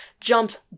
jumps